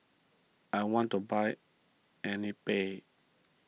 I want to buy